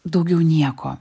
daugiau nieko